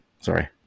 Sorry